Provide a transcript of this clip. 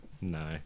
No